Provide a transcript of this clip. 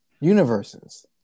universes